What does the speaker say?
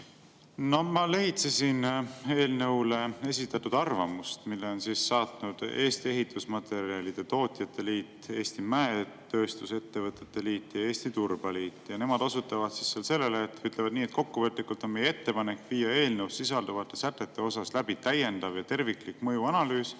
No ma lehitsesin eelnõu kohta esitatud arvamust, mille on saatnud Eesti Ehitusmaterjalide Tootjate Liit, Eesti Mäetööstuse Ettevõtete Liit ja Eesti Turbaliit. Nemad osutavad sellele, ütlevad nii, et kokkuvõtlikult on nende ettepanek viia eelnõus sisalduvate sätete osas läbi täiendav ja terviklik mõjuanalüüs,